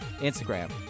Instagram